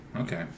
Okay